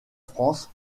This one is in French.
france